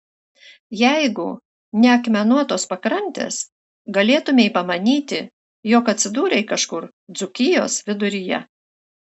jeigu ne akmenuotos pakrantės galėtumei pamanyti jog atsidūrei kažkur dzūkijos viduryje